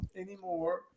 anymore